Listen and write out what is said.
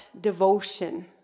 devotion